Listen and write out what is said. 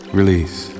release